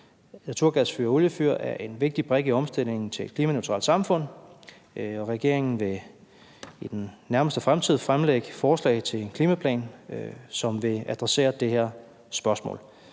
naturgas- og oliefyr er en vigtig brik i omstillingen til et klimaneutralt samfund. Regeringen vil i den nærmeste fremtid fremlægge forslag til en klimaplan, som vil adressere det her spørgsmål.